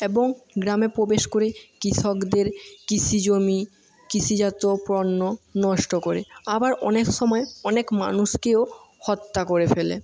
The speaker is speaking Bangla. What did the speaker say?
এবং গ্রামে প্রবেশ করে কৃষকদের কৃষি জমি কৃষিজাত পণ্য নষ্ট করে আবার অনেক সময় অনেক মানুষকেও হত্যা করে ফেলে